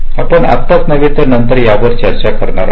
आपण आत्ताच नव्हे तर नंतर यावर चर्चा करणार आहोत